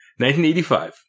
1985